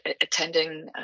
attending